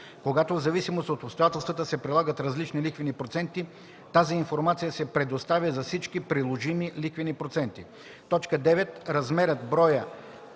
когато в зависимост от обстоятелствата се прилагат различни лихвени проценти, тази информация се предоставя за всички приложими лихвени проценти; 9. размерът, броят,